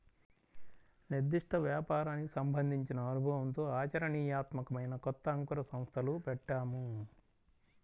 నిర్దిష్ట వ్యాపారానికి సంబంధించిన అనుభవంతో ఆచరణీయాత్మకమైన కొత్త అంకుర సంస్థలు పెట్టొచ్చు